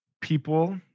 people